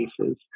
cases